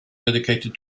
dedicated